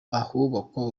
ahubakwa